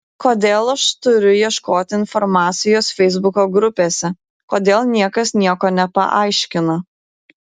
kodėl aš turiu ieškoti informacijos feisbuko grupėse kodėl niekas nieko nepaaiškina